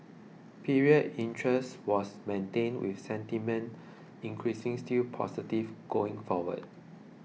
period interest was maintained with sentiment increasing still positive going forward